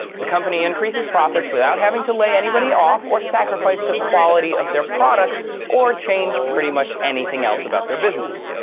the company increases profits without having to lay anybody off or sacrifice the quality of their products or change pretty much anything else about their business.